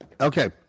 Okay